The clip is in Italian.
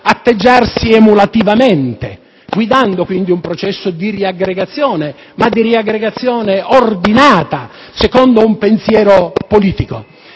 atteggiarsi emulativamente, guidando quindi un processo di riaggregazione ordinata, secondo un pensiero politico.